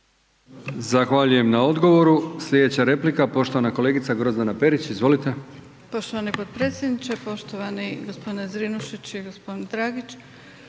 Zahvaljujem na odgovoru. Sljedeća replika poštovana kolegica Grozdana Perić. Izvolite. **Perić, Grozdana (HDZ)** Poštovani potpredsjedniče, poštovani gospodine Zrinušić i gospodin Dragić.